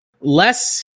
Less